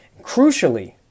Crucially